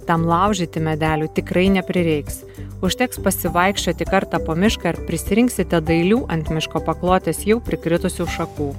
tam laužyti medelių tikrai neprireiks užteks pasivaikščioti kartą po mišką ir prisirinksite dailių ant miško paklotės jau prikritusių šakų